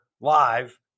live